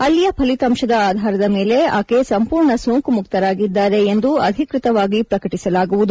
ಅಲ್ಲಿಯ ಫಲಿತಾಂತದ ಆಧಾರದ ಮೇಲೆ ಆಕೆ ಸಂಪೂರ್ಣ ಸೋಂಕು ಮುಕ್ತರಾಗಿದ್ದಾರೆ ಎಂದು ಅಧಿಕೃತವಾಗಿ ಪ್ರಕಟಸಲಾಗುವುದು